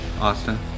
Austin